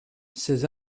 ces